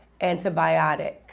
antibiotic